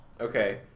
Okay